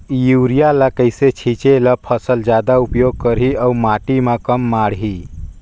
Urea ल कइसे छीचे ल फसल जादा उपयोग करही अउ माटी म कम माढ़ही?